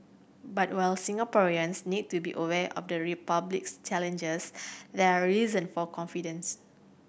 but while Singaporeans need to be aware of the Republic's challenges there are reason for confidence